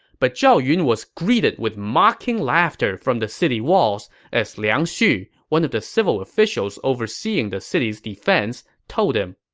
but zhao yun was greeted with mocking laughter from the city walls as liang xu, one of the civil officials overseeing the city's defense, told him,